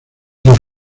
del